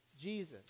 Jesus